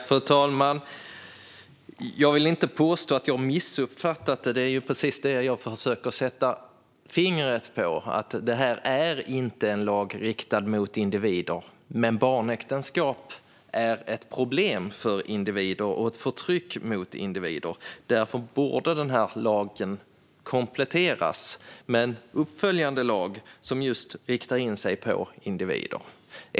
Fru talman! Jag vill inte påstå att jag har missuppfattat det här. Det är ju precis detta jag försöker sätta fingret på: Det här är inte en lag riktad mot individer, men barnäktenskap är ett problem för individer och ett förtryck mot individer. Därför borde lagen kompletteras med en uppföljande lag som riktar in sig på just individer.